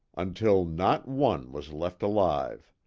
until not one was left alive.